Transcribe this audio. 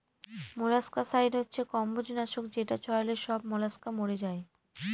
molluscicide হচ্ছে কম্বজ নাশক যেটা ছড়ালে সব মলাস্কা মরে যায়